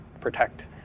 protect